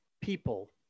People